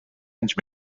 anys